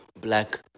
black